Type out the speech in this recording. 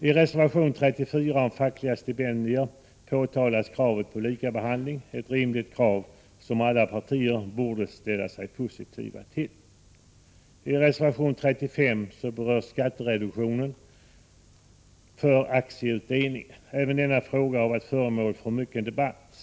I reservation 34 om fackliga stipendier påtalas kravet på lika behandling, ett rimligt krav som alla partier borde ställa sig positiva till. I reservation 35 berörs skattereduktionen för aktieutdelningar. Även denna fråga har varit föremål för mycken debatt.